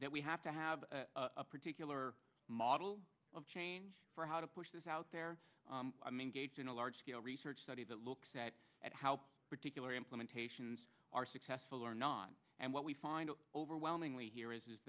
we have to have a particular model of change for how to push this out there i mean gates in a large scale research study that looks at at how particular implementations are successful or not and what we find overwhelmingly here is